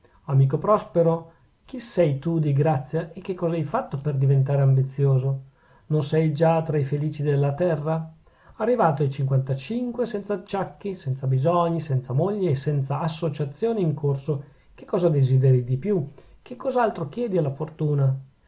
amico prospero chi sei tu di grazia e che cosa hai fatto per diventare ambizioso non sei già tra i felici della terra arrivato ai cinquantacinque senza acciacchi senza bisogni senza moglie e senza associazioni in corso che cosa desideri di più che cos'altro chiedi alla fortuna